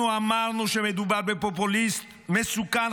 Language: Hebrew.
אנחנו אמרנו שמדובר בפופוליסט מסוכן,